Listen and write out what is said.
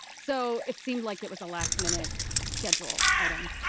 so it seemed like it was a last minute schedule item.